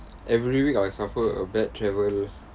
every week I suffer a bad travel